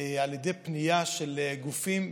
על ידי פנייה של גופים,